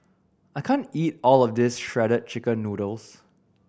I can't eat all of this Shredded Chicken Noodles